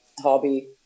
hobby